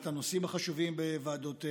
תודה על העלאת הנושאים החשובים בוועדותיהם.